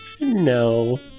no